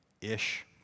ish